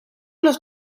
los